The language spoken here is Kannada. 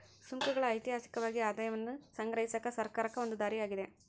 ಸುಂಕಗಳ ಐತಿಹಾಸಿಕವಾಗಿ ಆದಾಯವನ್ನ ಸಂಗ್ರಹಿಸಕ ಸರ್ಕಾರಕ್ಕ ಒಂದ ದಾರಿ ಆಗ್ಯಾದ